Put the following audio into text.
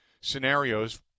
scenarios